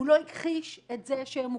הוא לא הכחיש את זה שהם הוקצו.